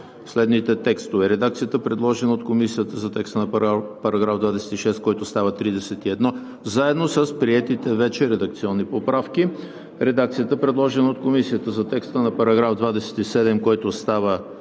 следните текстове: редакцията, предложена от Комисията за текста на § 26, който става § 31, заедно с приетите вече редакционни поправки; редакцията, предложена от Комисията за текста на § 27, който става